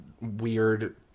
weird